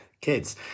Kids